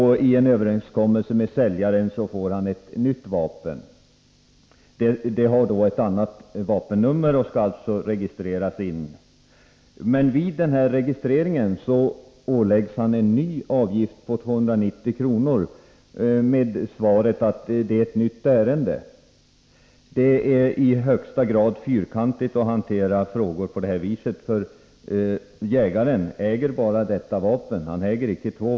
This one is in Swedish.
I en överenskommelse med säljaren får han ett nytt vapen. Det har ett annat vapennummer och skall registreras. Men vid denna registrering åläggs han en ny avgift på 290 kr. med beskedet att det är ett nytt ärende. Det är i högsta grad fyrkantigt att hantera frågor på detta vis. Jägaren äger ju bara ett vapen, icke två.